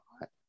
right